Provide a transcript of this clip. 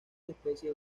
especies